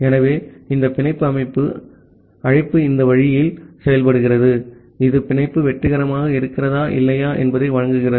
ஆகவே இந்த பிணைப்பு அமைப்பு அழைப்பு இந்த வழியில் செயல்படுகிறது இது பிணைப்பு வெற்றிகரமாக இருக்கிறதா இல்லையா என்பதை வழங்குகிறது